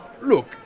Look